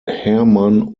hermann